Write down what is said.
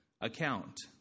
account